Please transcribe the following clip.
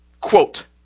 Quote